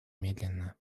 медленно